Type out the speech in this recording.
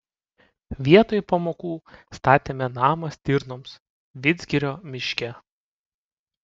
vietoj pamokų statėme namą stirnoms vidzgirio miške